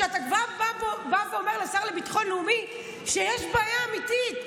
כשאתה כבר בא ואומר לשר לביטחון הלאומי שיש בעיה אמיתית,